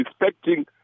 respecting